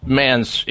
man's